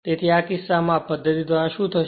તેથી આ કિસ્સામાં આ પદ્ધતિ દ્વારા શું થશે